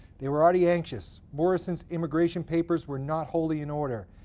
they were already anxious. morrison's immigration peppers were not wholly in order,